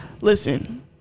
Listen